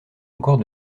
encore